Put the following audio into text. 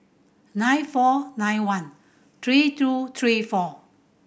nine four nine one three two three four